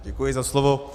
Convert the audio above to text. Děkuji za slovo.